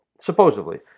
Supposedly